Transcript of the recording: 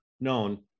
known